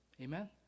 Amen